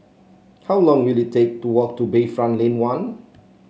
how long will it take to walk to Bayfront Lane One